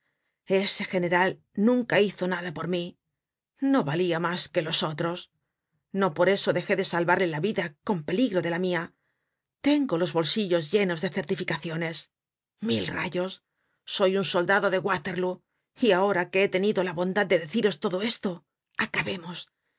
ese general nunca hizo nada por mí no valia mas que los otros no por eso dejé de salvarle la vida con peligro de la mia tengo los bolsillos llenos de certificaciones mil rayos soy un soldado de waterlóo y ahora que he tenido la bondad de deciros todo esto acabemos